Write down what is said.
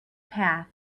path